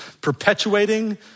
perpetuating